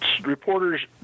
reporters